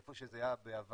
איפה שזה היה בעבר